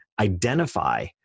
identify